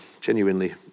genuinely